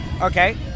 Okay